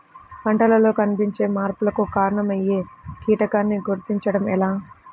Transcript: పంటలలో కనిపించే మార్పులకు కారణమయ్యే కీటకాన్ని గుర్తుంచటం ఎలా?